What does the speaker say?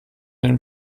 den